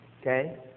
okay